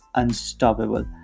unstoppable